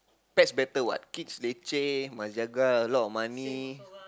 pets better what kids leceh must jaga a lot of money